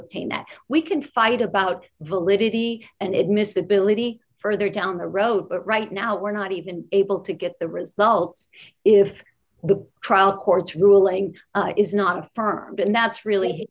obtain that we can fight about validity and miss ability further down the road but right now we're not even able to get the results if the trial court's ruling is not firm and that's really